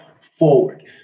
forward